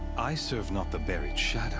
i serve not the buried shadow.